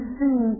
see